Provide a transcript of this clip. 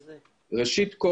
ראשית,